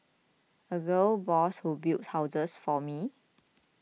a gal boss who builds houses for me